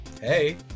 Hey